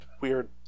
weird